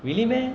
really meh